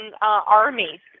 army